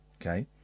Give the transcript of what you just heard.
Okay